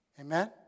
Amen